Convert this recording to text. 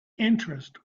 interest